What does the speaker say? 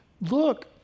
Look